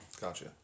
Gotcha